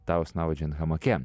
tau snaudžiant hamake